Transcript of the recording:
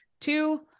Two